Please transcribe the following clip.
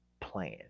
plan